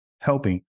helping